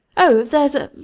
o, there's a.